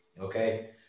Okay